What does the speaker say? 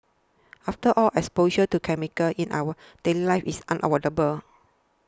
after all exposure to chemicals in our daily life is unavoidable